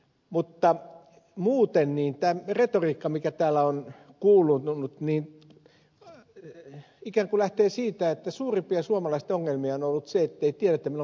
mutta muuten tämä retoriikka joka täällä on kuulunut ikään kuin lähtee siitä että suomalaisten suurimpia ongelmia on ollut se ettei tiedetä milloin kaupat ovat auki